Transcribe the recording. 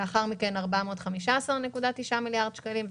לאחר מכן 415.9 מיליארד שקלים,